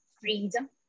freedom